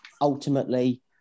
ultimately